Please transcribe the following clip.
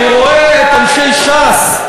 אני רואה את אנשי ש"ס,